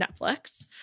Netflix